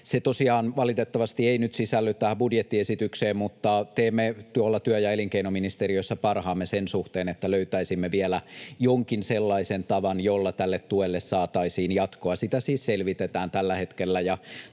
Se valitettavasti ei nyt sisälly tähän budjettiesitykseen, mutta teemme työ- ja elinkeinoministeriössä parhaamme sen suhteen, että löytäisimme vielä jonkin sellaisen tavan, jolla tälle tuelle saataisiin jatkoa. Sitä siis selvitetään tällä hetkellä.